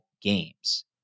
games